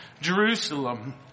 Jerusalem